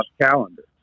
calendar